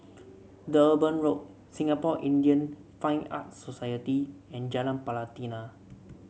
Durban Road Singapore Indian Fine Art Society and Jalan Pelatina